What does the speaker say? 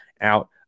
out